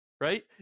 right